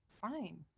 fine